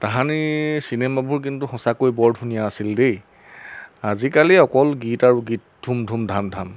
তাহানি চিনেমাবোৰ কিন্তু সঁচাকৈ বৰ ধুনীয়া আছিল দেই আজিকালি অকল গীত আৰু গীত ধুম ধুম ধাম ধাম